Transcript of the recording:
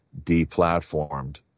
deplatformed